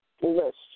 list